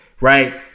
right